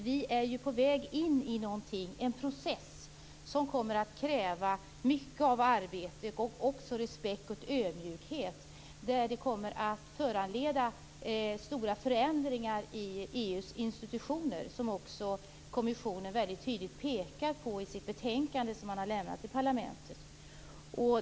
Vi är på väg in i en process som kommer att kräva mycket arbete men också respekt och ödmjukhet och som kommer att föranleda stora förändringar i EU:s institutioner, vilket kommissionen väldigt tydligt påpekar i sitt betänkande som den lämnat till parlamentet.